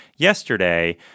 yesterday